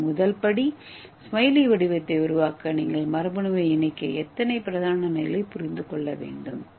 எனவே முதல் படி ஸ்மைலி வடிவத்தை உருவாக்க நீங்கள் மரபணுவை இணைக்க எத்தனை பிரதான நிலைகளைப் புரிந்து கொள்ள வேண்டும்